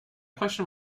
question